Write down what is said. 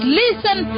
listen